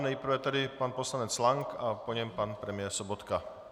Nejprve tedy pan poslanec Lank a po něm pan premiér Sobotka.